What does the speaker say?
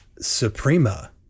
Suprema